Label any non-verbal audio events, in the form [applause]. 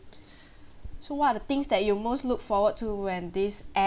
[breath] so what are the things that you most look forward to when this